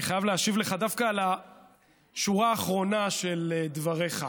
אני חייב להשיב לך דווקא על השורה האחרונה של דבריך.